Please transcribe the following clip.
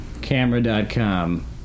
camera.com